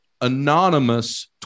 Anonymous